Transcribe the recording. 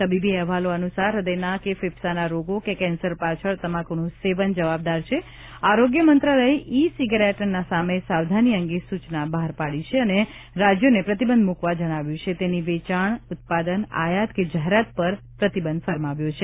તબીબી અહેવાલો અનુસાર હૃદયના કે ફેફસાંના રોગો કે કેન્સર પાછળ તમાકુનું સેવન જવાબદાર છે આરોગ્ય મંત્રાલયે ઇ સિગારેટ સામે સાવધાની અંગે સૂચના બહાર પાડી છે અને રાજ્યોને પ્રતિબંધ મૂકવા જણાવ્યું છે તેની વેચાણ ઉત્પાદન આયાત કે જાહેરાત પર પ્રતિબંધ ફરમાવ્યો છે